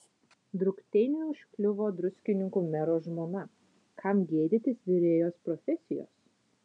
drukteiniui užkliuvo druskininkų mero žmona kam gėdytis virėjos profesijos